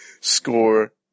score